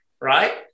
right